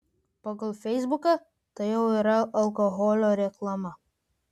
pagal feisbuką tai jau yra alkoholio reklama